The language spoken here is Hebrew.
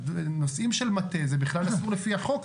נושאים של מטה זה בכלל אסור לפי החוק.